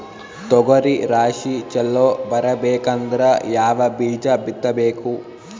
ತೊಗರಿ ರಾಶಿ ಚಲೋ ಬರಬೇಕಂದ್ರ ಯಾವ ಬೀಜ ಬಿತ್ತಬೇಕು?